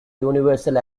universal